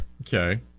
Okay